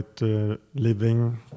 living